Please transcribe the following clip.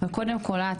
קודם כל,